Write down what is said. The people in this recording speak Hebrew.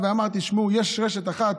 בא ואמר, תשמעו, יש רשת אחת